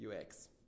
UX